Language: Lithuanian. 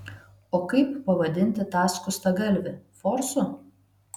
o kaip pavadinti tą skustagalvį forsu